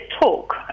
talk